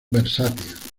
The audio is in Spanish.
versátil